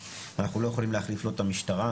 אנחנו לא יכולים להחליף לא את המשטרה,